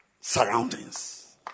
surroundings